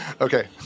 Okay